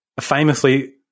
Famously